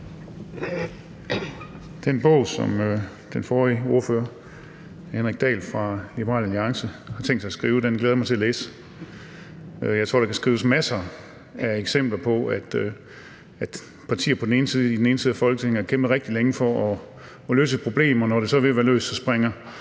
Den bog, som den forrige ordfører, hr. Henrik Dahl fra Liberal Alliance, har tænkt sig at skrive, glæder jeg mig til at læse. Jeg tror, at der kan skrives masser af eksempler på, at partier i den ene side af Folketinget har kæmpet rigtig længe for at løse et problem, og når det så er ved at være løst, springer